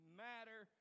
matter